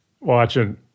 watching